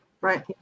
right